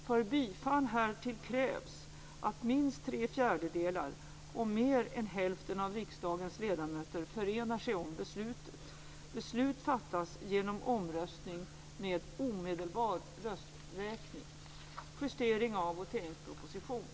För bifall härtill krävdes minst tre fjärdedelar av de röstande. Beslut fattades genom omröstning med omedelbar rösträkning.